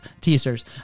teasers